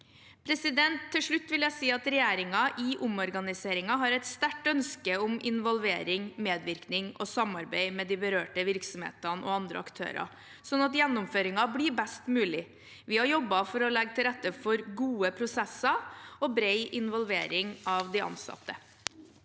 ned. Til slutt vil jeg si at regjeringen i omorganiseringen har et sterkt ønske om involvering, medvirkning og samarbeid med de berørte virksomhetene og andre aktører, slik at gjennomføringen blir best mulig. Vi har jobbet for å legge til rette for gode prosesser og bred involvering av de ansatte.